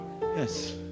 Yes